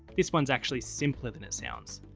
this one is actually simpler than it sounds.